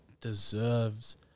deserves